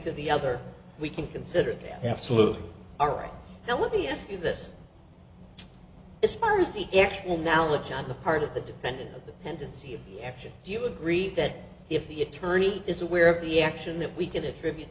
to the other we can consider it absolutely all right now let me ask you this as far as the actual knowledge on the part of the defendant the tendency of action do you agree that if the attorney is aware of the action that we can attribute